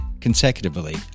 consecutively